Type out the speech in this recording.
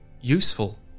useful